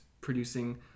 producing